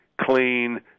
clean